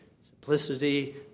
simplicity